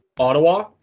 Ottawa